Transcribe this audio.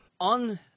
On